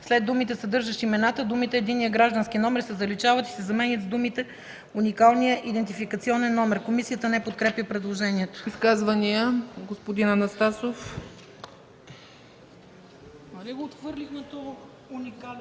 след думите „съдържащ имената”, думите „единния граждански номер” се заличават и се заменят с думите „уникалния идентификационен номер”. Комисията не подкрепя предложението. ПРЕДСЕДАТЕЛ